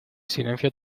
silencio